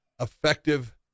effective